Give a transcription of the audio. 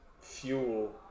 fuel